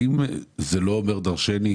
האם זה לא אומר דרשני?